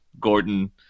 Gordon